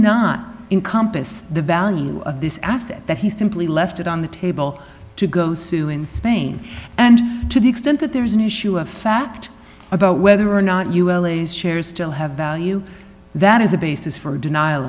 not in compass the value of this asset that he simply left it on the table to go sue in spain and to the extent that there is an issue of fact about whether or not ul a's shares still have value that is a basis for denial